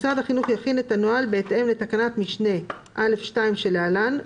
משרד החינוך יכין את הנוהל בהתאם לתקנת משנה (א)(2) שלהלן,